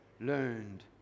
learned